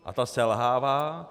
A ta selhává.